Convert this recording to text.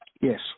Yes